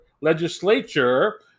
Legislature